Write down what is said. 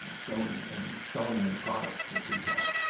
going and selling them products that we had,